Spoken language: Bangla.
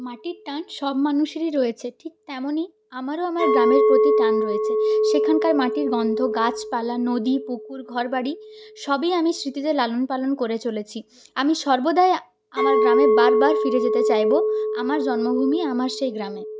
মাটির টান সব মানুষেরই রয়েছে ঠিক তেমনই আমারও আমার গ্রামের প্রতি টান রয়েছে সেখানকার মাটির গন্ধ গাছপালা নদী পুকুর ঘরবাড়ি সবই আমি স্মৃতিতে লালনপালন করে চলেছি আমি সর্বদাই আমার গ্রামে বারবার ফিরে যেতে চাইবো আমার জন্মভূমি আমার সেই গ্রাম